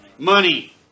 Money